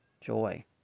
Joy